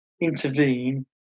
intervene